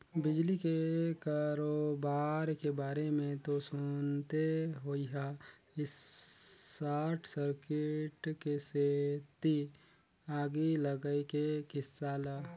बिजली के करोबार के बारे मे तो सुनते होइहा सार्ट सर्किट के सेती आगी लगई के किस्सा ल